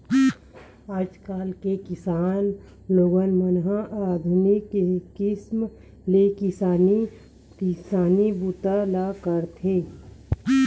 आजकाल के किसान लोगन मन ह आधुनिक किसम ले किसानी बूता ल करत हे